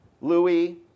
Louis